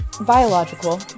biological